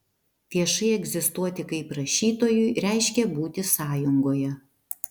viešai egzistuoti kaip rašytojui reiškė būti sąjungoje